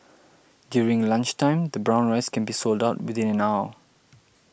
during the lunchtime the brown rice can be sold out within an hour